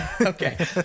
Okay